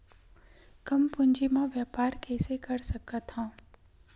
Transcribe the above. कम पूंजी म व्यापार कइसे कर सकत हव?